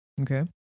Okay